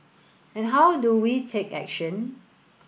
and how do we take action